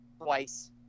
twice